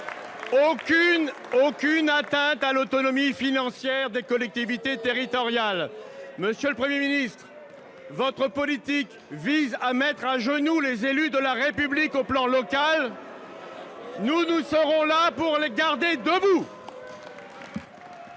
aucune atteinte à l’autonomie financière des collectivités territoriales ! Monsieur le Premier ministre, votre politique vise à mettre à genoux les élus de la République à l’échelon local : nous serons là pour les maintenir debout